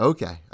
Okay